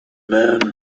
men